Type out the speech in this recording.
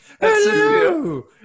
Hello